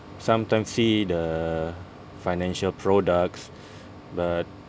sometimes see the financial products but